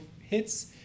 hits